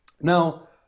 Now